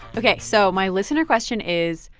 ok. so my listener question is,